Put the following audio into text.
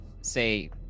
say